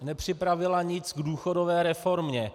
Nepřipravila nic k důchodové reformě.